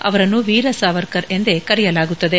ಅವರನ್ನು ವೀರ ಸಾವರ್ಕರ್ ಎಂದೇ ಕರೆಯಲಾಗುತ್ತದೆ